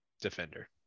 defender